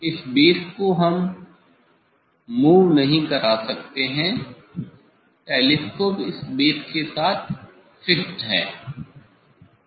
इस बेस को हम घुमा मूव नहीं कर सकते हैं टेलीस्कोप इस बेस के साथ फिक्स्ड है